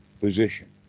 position